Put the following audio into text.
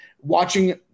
watching